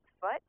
foot